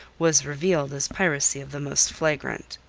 was revealed as piracy of the most flagrant.